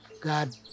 God